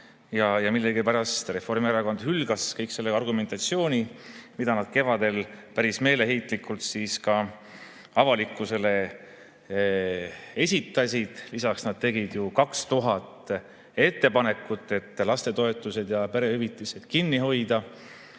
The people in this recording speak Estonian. Aga millegipärast Reformierakond hülgas kõik selle argumentatsiooni, mida nad kevadel päris meeleheitlikult avalikkusele esitasid. Lisaks tegid nad 2000 ettepanekut, et lastetoetused ja perehüvitised kinni hoida. Neli